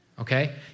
okay